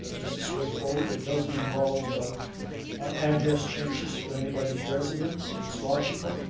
this is straightforward. it doesn't involve address changes for anybody's residence. it's logical.